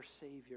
savior